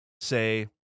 say